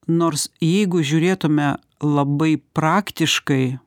nors jeigu žiūrėtume labai praktiškai